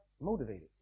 motivated